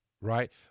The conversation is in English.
right